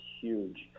huge